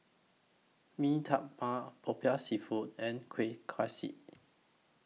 Mee Tai Mak Popiah Seafood and Kueh Kaswi